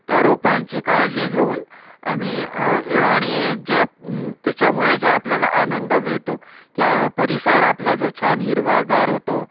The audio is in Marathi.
त्या रोपांची काळजी घेऊन आम्ही य आणि जे त्याच्यामुळे जे आपल्याला आनंद मिळतो की परिसर आपला जो छान हिरवागार होतो